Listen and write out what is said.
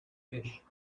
fish